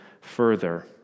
further